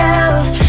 else